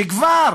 שכבר